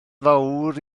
fawr